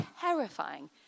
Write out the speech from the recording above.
terrifying